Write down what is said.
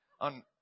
on